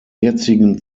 jetzigen